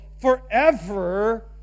forever